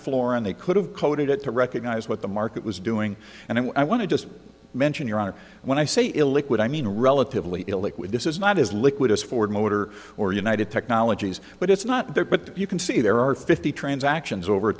floor and they could have coded it to recognize what the market was doing and i want to just mention your honor when i say illiquid i mean relatively illiquid this is not as liquid as ford motor or united technologies but it's not there but you can see there are fifty transactions over a